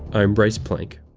i'm bryce plank.